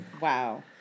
Wow